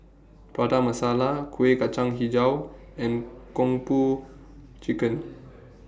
Prata Masala Kuih Kacang Hijau and Kung Po Chicken